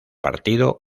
partido